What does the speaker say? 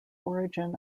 origin